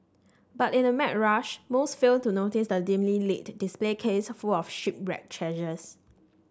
but in the mad rush most fail to notice the dimly lit display case full of shipwreck treasures